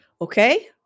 Okay